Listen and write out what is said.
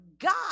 God